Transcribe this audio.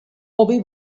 hobi